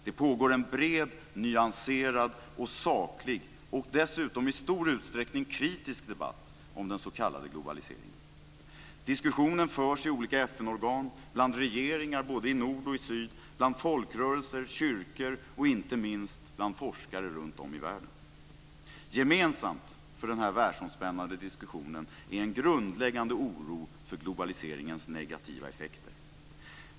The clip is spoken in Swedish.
Det pågår en bred, nyanserad, saklig och dessutom i stor utsträckning kritisk debatt om den s.k. globaliseringen. Diskussionen förs i olika FN-organ, bland regeringar både i nord och i syd, bland folkrörelser, kyrkor och inte minst bland forskare runtom i världen. Gemensamt för den här världsomspännande diskussionen är en grundläggande oro för globaliseringens negativa effekter.